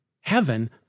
heaven